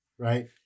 Right